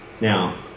Now